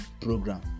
program